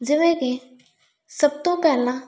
ਜਿਵੇਂ ਕਿ ਸਭ ਤੋਂ ਪਹਿਲਾਂ